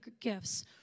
gifts—